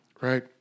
Right